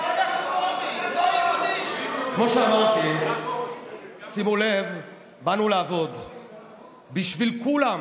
כמו שאמרתי, שימו לב: באנו לעבוד בשביל כולם.